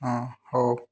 ହଁ ହଉ